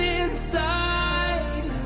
inside